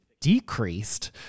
decreased